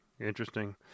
Interesting